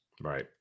Right